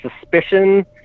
suspicion